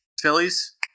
Phillies